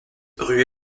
rue